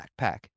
backpack